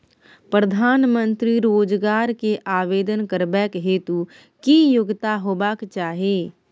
प्रधानमंत्री रोजगार के आवेदन करबैक हेतु की योग्यता होबाक चाही?